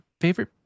Favorite